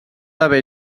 haver